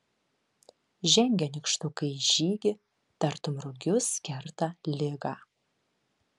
žengia nykštukai į žygį tartum rugius kerta ligą